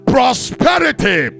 Prosperity